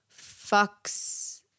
fucks